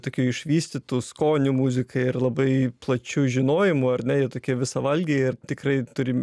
tokiu išvystytu skoniu muzikai ir labai plačiu žinojimu ar ne jie tokie visavalgiai ir tikrai turi